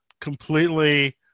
completely